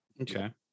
okay